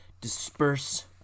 disperse